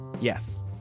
Yes